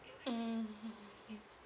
mm mm mm mm